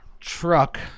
Truck